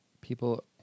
People